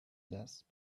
less